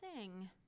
sing